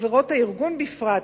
חברות הארגון בפרט,